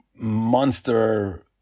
monster